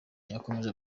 yakomeje